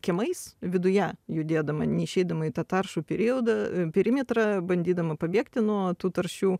kiemais viduje judėdama neišeidama į tą taršų periodą perimetrą bandydama pabėgti nuo tų taršių